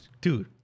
Dude